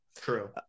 true